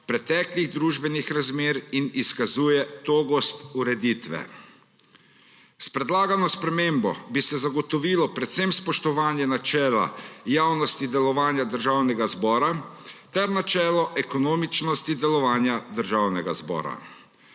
preteklih družbenih razmer ter izkazuje togost ureditve. S predlagano spremembo bi se zagotovilo predvsem spoštovanje načela javnosti delovanja Državnega zbora ter načela ekonomičnosti delovanja Državnega zbora.